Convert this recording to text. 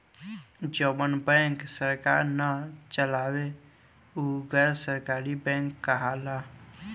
जवन बैंक सरकार ना चलावे उ गैर सरकारी बैंक कहाला